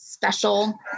special